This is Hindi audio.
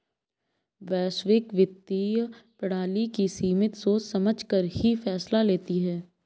वैश्विक वित्तीय प्रणाली की समिति सोच समझकर ही फैसला लेती है